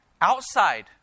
outside